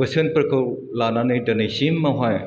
बोसोनफोरखौ लानानै दोनैसिमावहाय